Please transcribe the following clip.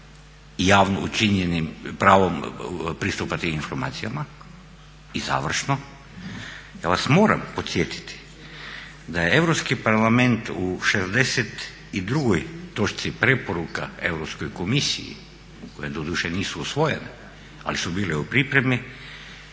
javno učinjenim pravom pristupa tim informacijama. I završno, ja vas moram podsjetiti da je Europski parlament u 62 točci preporuka Europskoj komisiji, koje doduše nisu usvojene ali su bile u pripremi,